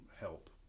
help